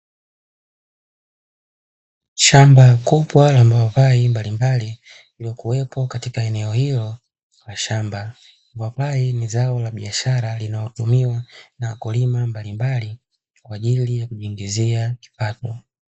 Shamba kubwa la mapapai mbalimbali lililokuweko katika eneo hilo la shamba, mapapai ni zao la biashara linalotumika na wakulima wa aina mbalimbali kwa ajili ya kujiongezea kipato.